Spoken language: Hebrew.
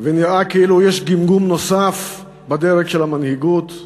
ונראה כאילו יש גמגום נוסף בדרג של המנהיגות,